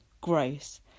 gross